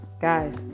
Guys